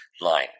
line